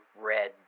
red